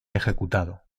ejecutado